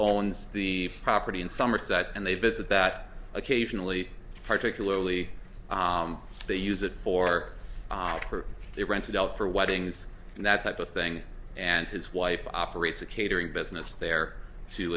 owns the property in somerset and they visit that occasionally particularly if they use it for their rented out for weddings and that type of thing and his wife operates a catering business there to